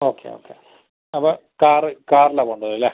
okay okay അപ്പം car കാറിലാണ് പോവേണ്ടത് അല്ലേ